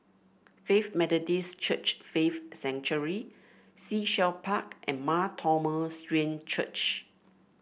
Faith Methodist Church Faith Sanctuary Sea Shell Park and Mar Thoma Syrian Church